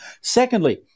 Secondly